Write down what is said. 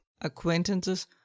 acquaintances